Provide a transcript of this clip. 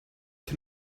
can